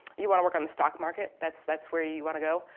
you wanna work on the stock market, that's that's where you wanna go,